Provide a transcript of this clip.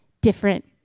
different